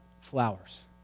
flowers